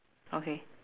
okay